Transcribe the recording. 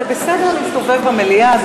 זה בסדר להסתובב במליאה.